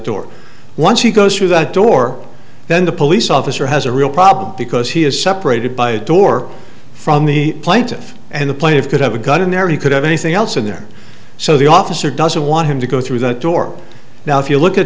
door once he goes through that door then the police officer has a real problem because he is separated by a door from the plaintiff and the play of could have a gun in there he could have anything else in there so the officer doesn't want him to go through that door now if you look at